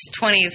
20s